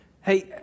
Hey